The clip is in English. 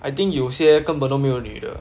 I think 有些根本都没有女的